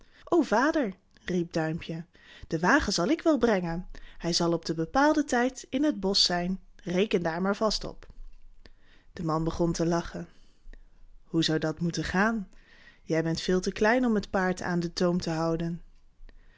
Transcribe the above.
o vader riep duimpje den wagen zal ik wel brengen hij zal op den bepaalden tijd in het bosch zijn reken daar maar vast op de man begon te lachen hoe zou dat moeten gaan je bent veel te klein om het paard aan den toom te houden